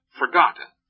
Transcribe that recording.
forgotten